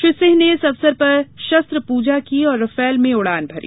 श्री सिंह ने इस अवसर पर शस्त्र पूजा की और राफेल में उड़ान भरी